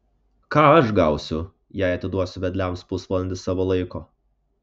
ką aš gausiu jei atiduosiu vedliams pusvalandį savo laiko